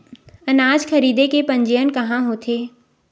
अनाज खरीदे के पंजीयन कहां होथे?